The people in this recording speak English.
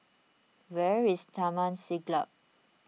where is Taman Siglap